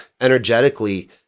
energetically